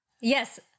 Yes